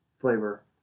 flavor